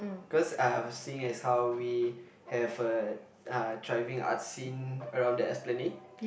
cause I've seeing as how we have a uh thriving art scene around the Esplanade